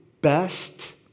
best